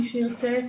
מי שירצה,